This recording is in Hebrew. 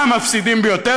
המפסידים ביותר,